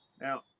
now